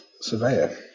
surveyor